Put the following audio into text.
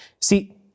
See